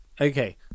Okay